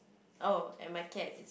oh and my cat